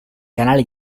canali